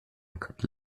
record